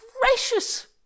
gracious